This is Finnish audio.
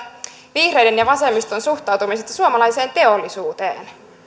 vihreiden ja vasemmiston suhtautumisesta suomalaiseen teollisuuteen